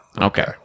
Okay